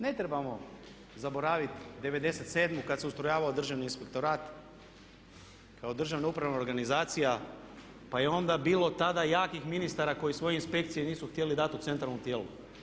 Ne trebamo zaboraviti '97. kad se ustrojavao Državni inspektorat kao državna upravna organizacija pa je onda bilo tada jakih ministara koji svoje inspekcije nisu htjeli dati u centralnom tijelu.